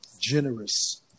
generous